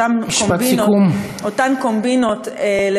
אותן קומבינות,